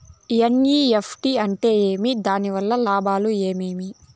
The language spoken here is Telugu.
ఎన్.ఇ.ఎఫ్.టి అంటే ఏమి? దాని వలన లాభాలు ఏమేమి